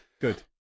good